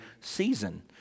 season